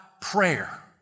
prayer